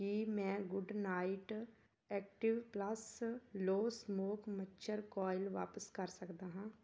ਕੀ ਮੈਂ Good Knight active plus low smoke ਮੱਛਰ coil ਵਾਪਸ ਕਰ ਸਕਦਾ ਹਾਂ